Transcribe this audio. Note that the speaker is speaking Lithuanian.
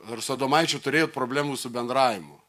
ar su adomaičiu turėjot problemų su bendravimu